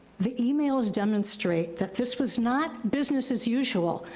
the emails demonstrate that this was not business as usual,